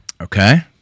Okay